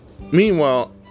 Meanwhile